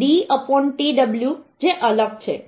d tw જે અલગ છે